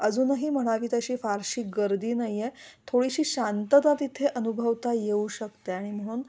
अजूनही म्हणावी तशी फारशी गर्दी नाहीये थोडीशी शांतता तिथे अनुभवता येऊ शकते आणि म्हणून